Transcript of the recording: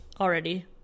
already